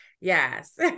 Yes